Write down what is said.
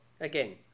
Again